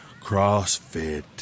CrossFit